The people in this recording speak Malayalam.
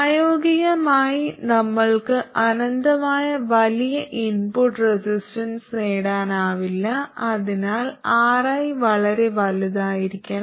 പ്രായോഗികമായി നമ്മൾക്ക് അനന്തമായ വലിയ ഇൻപുട്ട് റെസിസ്റ്റൻസ് നേടാനാവില്ല അതിനാൽ Ri വളരെ വലുതായിരിക്കണം